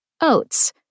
Oats